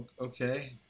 Okay